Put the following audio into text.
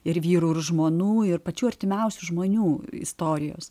ir vyrų ir žmonų ir pačių artimiausių žmonių istorijos